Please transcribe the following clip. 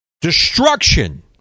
destruction